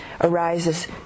arises